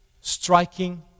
striking